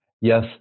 Yes